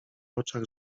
oczach